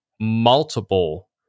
multiple